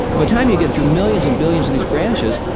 but time you get through millions and billions of these branches,